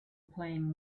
playing